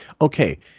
okay